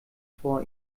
vor